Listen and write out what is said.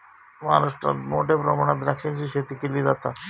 महाराष्ट्रात मोठ्या प्रमाणात द्राक्षाची शेती केली जाता